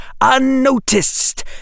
unnoticed